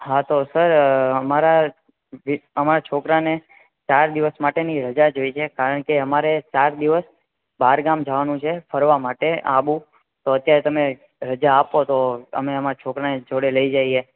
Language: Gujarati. હા તો સર અમારા અમાર છોકરાને ચાર દિવસ માટેની રજા જોઈએ છે કારણ કે અમારે ચાર દિવસ બાર ગામ જવાનું છે ફરવા માટે આબુ તો અત્યાર તમે રજા આપો તો અમે અમાર છોકરાને જોડે લઈ જાઈએ